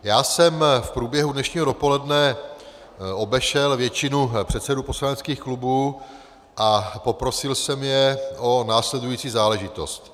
Já jsem v průběhu dnešního dopoledne obešel většinu předsedů poslaneckých klubů a poprosil jsem je o následující záležitost.